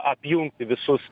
apjungti visus